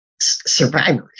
survivors